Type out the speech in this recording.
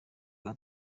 uwa